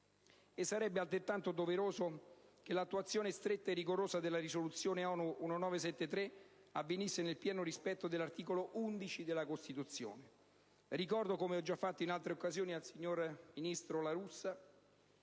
Sarebbe altrettanto doveroso che l'attuazione stretta e rigorosa della risoluzione ONU n. 1973 avvenisse nel pieno rispetto dell'articolo 11 della Costituzione. Ricordo, come ho già fatto in altre occasioni, al ministro La Russa,